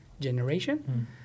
generation